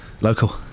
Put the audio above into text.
Local